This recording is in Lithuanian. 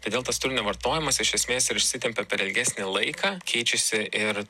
todėl tas turinio vartojimas iš esmės ir išsitempia per ilgesnį laiką keičiasi ir